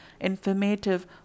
informative